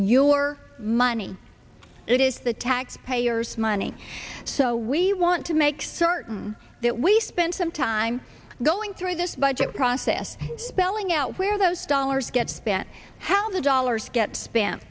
your money it is the taxpayers money so we want to make certain that we spend some time going through this budget process spelling out where those dollars gets spent how the dollars get spa